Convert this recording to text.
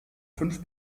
fünf